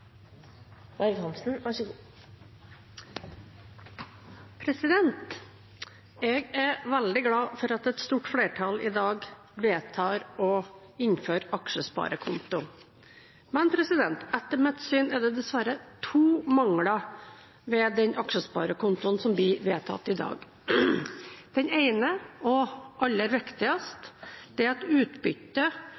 veldig glad for at et stort flertall i dag vedtar å innføre aksjesparekonto. Men etter mitt syn er det dessverre to mangler ved den aksjesparekontoen som blir vedtatt i dag. Den ene – og den aller